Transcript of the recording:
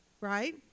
right